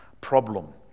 problem